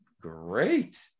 great